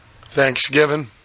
Thanksgiving